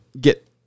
get